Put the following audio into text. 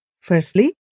Firstly